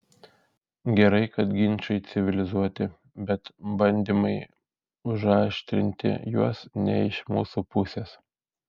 gerai kad ginčai civilizuoti bet bandymai užaštrinti juos ne iš mūsų pusės